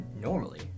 normally